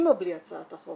עם או בלי הצעת החוק,